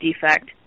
defect